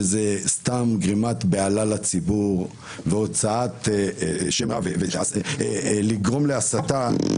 זאת סתם גרימת בהלה בקרב הציבור והוצאת שם רע ולגרום להסתה.